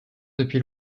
depuis